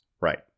right